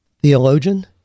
theologian